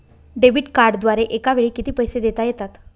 Debit कार्डद्वारे एकावेळी किती पैसे देता येतात?